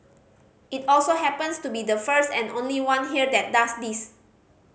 it also happens to be the first and only one here that does this